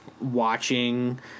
watching